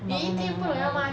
抹抹抹抹抹抹抹